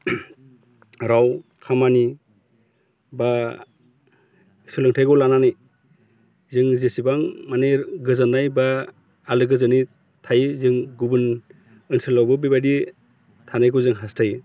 राव खामानि बा सोलोंथाइखौ लानानै जों जेसेबां माने गोजोननाय बा आलो गोजोनै थायो जों गुबुन ओनसोलावबो बेबायदि थानायखौ जों हास्थायो